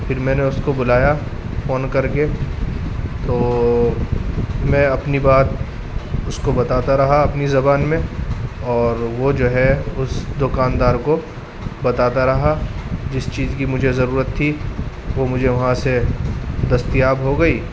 پھر میں نے اس کو بلایا فون کر کے تو میں اپنی بات اس کو بتاتا رہا اپنی زبان میں اور وہ جو ہے اس دکاندار کو بتاتا رہا جس چیز کی مجھے ضرورت تھی وہ مجھے وہاں سے دستیاب ہو گئی